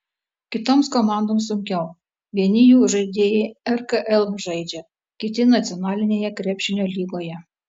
kitoms komandoms sunkiau vieni jų žaidėjai rkl žaidžia kiti nacionalinėje krepšinio lygoje